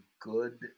good